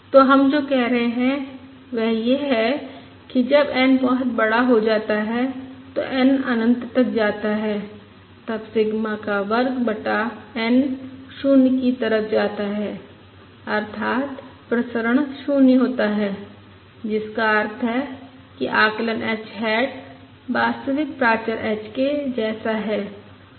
तो हम जो कह रहे हैं वह यह है कि जब n बहुत बड़ा हो जाता है तो n अनंत तक जाता है तब सिग्मा का वर्ग बटा N 0 की तरफ जाता है अर्थात प्रसरण 0 होता है जिसका अर्थ है कि आकलन h हैट वास्तविक प्राचर h के जैसा है